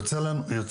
זה יוצר לנו,